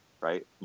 Right